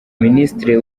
minisitiri